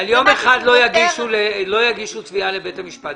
על יום אחד לא יגישו תביעה לבית המשפט.